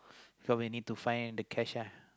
so we need to find the cashier